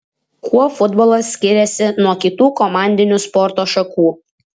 kuo futbolas skiriasi nuo kitų komandinių sporto šakų